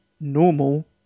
normal